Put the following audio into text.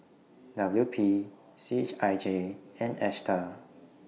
W P C H I J and ASTAR